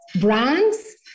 brands